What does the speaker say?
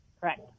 correct